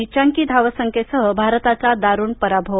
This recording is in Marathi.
नीचांकी धावसंख्येसह भारताचा दारूण पराभव